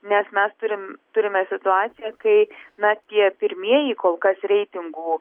nes mes turim turime situaciją kai na tie pirmieji kol kas reitingų